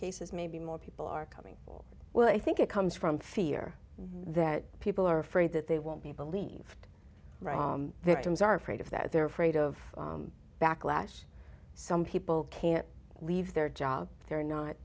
cases maybe more people are coming for well i think it comes from fear that people are afraid that they won't be believed victims are afraid of that they're afraid of backlash some people can't leave their job they're not